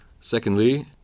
Secondly